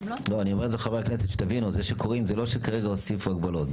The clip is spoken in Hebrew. אני אומר לחברי הכנסת זה שקוראים זה לא שכרגע הוסיפו הגבלות.